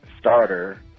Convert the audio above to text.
starter